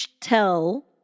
tell